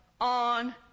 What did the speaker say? on